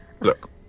Look